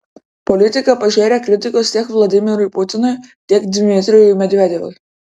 politika pažėrė kritikos tiek vladimirui putinui tiek dmitrijui medvedevui